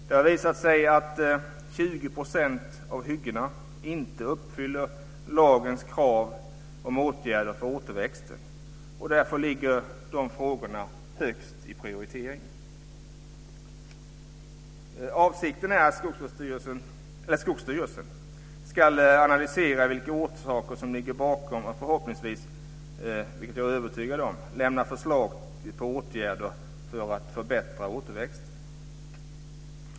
Det har visat sig att 20 % av hyggena inte uppfyller lagens krav på åtgärder för återväxten. Därför ligger de här frågorna högst i prioriteringen. Avsikten är att Skogsstyrelsen ska analysera vilka orsaker som ligger bakom detta och förhoppningsvis - vilket jag är övertygad om - lämna förslag på åtgärder för att förbättra återväxten.